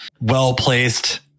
well-placed